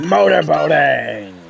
Motorboating